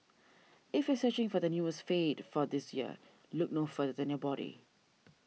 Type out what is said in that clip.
if you are searching for the newest fad for this year look no further than your body